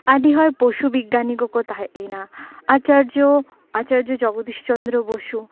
ᱟᱹᱰᱤ ᱦᱚᱲ ᱯᱚᱥᱩ ᱵᱤᱜᱽᱜᱟᱱᱤ ᱠᱚᱠᱚ ᱛᱟᱦᱮᱸᱜ ᱞᱮᱱᱟ ᱟᱪᱟᱨᱡᱚ ᱟᱪᱟᱨᱡᱚ ᱡᱚᱜᱚᱫᱤᱥ ᱪᱚᱱᱫᱨᱚ ᱵᱚᱥᱩ